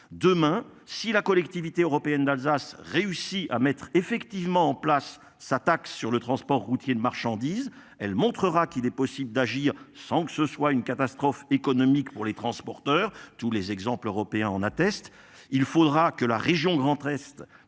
Demain si la collectivité européenne d'Alsace réussi à mettre effectivement en place sa taxe sur le transport routier de marchandises. Elle montrera qu'il est possible d'agir sans que ce soit une catastrophe économique pour les transporteurs. Tous les exemples européens en attestent. Il faudra que la région Grand-Est